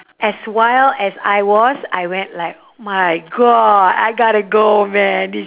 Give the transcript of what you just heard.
as wild as I was I went like my god I gotta go man this